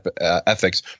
ethics